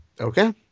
okay